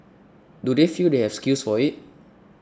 do they feel they have skills for it